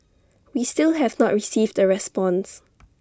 we still have not received the response